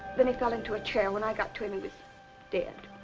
then he fell into a chair. when i got to him he was dead.